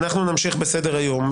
אנחנו נמשיך בסדר היום.